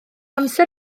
amser